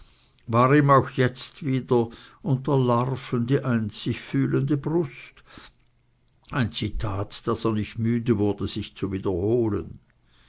war ihm auch jetzt wieder unter larven die einzig fühlende brust ein zitat das er nicht müde wurde sich zu wiederholen